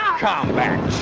combat